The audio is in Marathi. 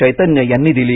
चैतन्य यांनी दिली